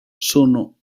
sono